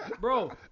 Bro